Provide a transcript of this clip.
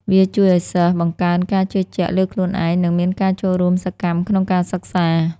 វាជួយឱ្យសិស្សបង្កើនការជឿជាក់ លើខ្លួនឯង និងមានការចូលរួមសកម្មក្នុងការសិក្សា។